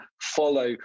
follow